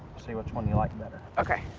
see which one you like better. okay.